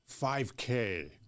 5K